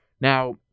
Now